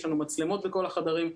יש לנו מצלמות בכל החדרים,